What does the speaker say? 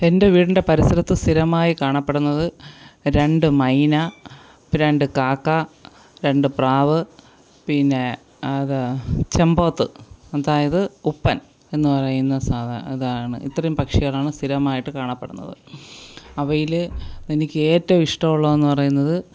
എൻ്റെ വീടിൻ്റെ പരിസരത്ത് സ്ഥിരമായി കാണപ്പെടുന്നത് രണ്ട് മൈന രണ്ട് കാക്ക രണ്ട് പ്രാവ് പിന്നെ അത് ചെമ്പോത്ത് അതായത് ഉപ്പൻ എന്നു പറയുന്ന സാധാ അതാണ് ഇത്രയും പക്ഷികളാണ് സ്ഥിരമായിട്ട് കാണപ്പെടുന്നത് അവയില് എനിക്കേറ്റവും ഇഷ്ടമുള്ളതെന്ന് പറയുന്നത്